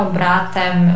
bratem